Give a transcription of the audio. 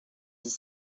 dix